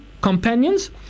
companions